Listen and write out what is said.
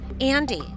Andy